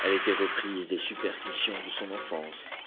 elle était reprise des superstitions de son enfance